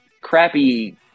Crappy